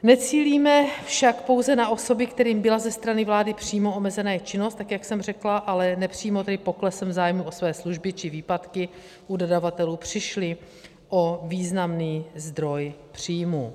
Necílíme však pouze na osoby, kterým byla ze strany vlády přímo omezena jejich činnost, tak jak jsem řekla, ale nepřímo, tedy poklesem zájmu o své služby či výpadky u dodavatelů přišly o významný zdroj příjmů.